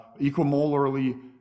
equimolarly